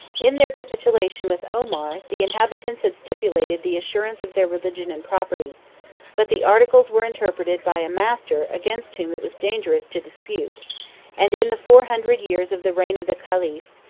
in their capitulation with omar, the inhabitants had stipulated the assurance of their religion and property but the articles were interpreted by a master against whom it was dangerous to dispute and in the four hundred years of the reign of the caliphs,